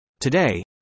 Today